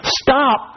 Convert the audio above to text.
stop